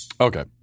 Okay